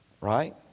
right